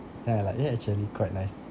then I like eh actually quite nice